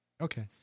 Okay